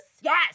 Yes